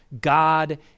God